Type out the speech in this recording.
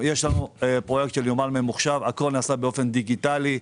חבר'ה, הכול בסדר.